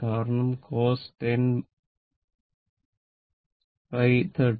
കാരണം cos 10 10 13